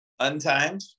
untimed